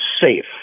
safe